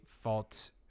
fault